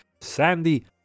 Sandy